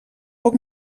poc